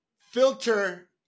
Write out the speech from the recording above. filter